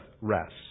rest